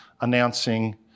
announcing